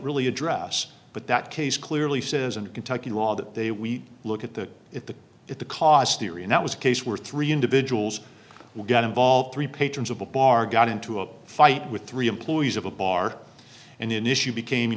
really address but that case clearly says in kentucky law that they we look at the at the at the cost area that was a case where three individuals who got involved three patrons of a bar got into a fight with three employees of a bar and an issue became you